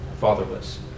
fatherless